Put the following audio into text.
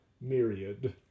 myriad